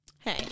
Hey